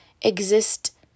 exist